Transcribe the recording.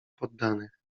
poddanych